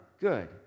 good